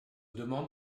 demande